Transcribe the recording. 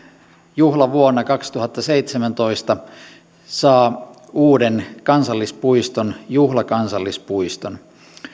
juhlavuonna kaksituhattaseitsemäntoista saa uuden kansallispuiston juhlakansallispuiston